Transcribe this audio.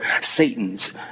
Satans